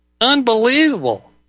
Unbelievable